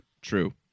True